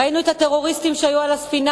ראינו את הטרוריסטים שהיו על הספינה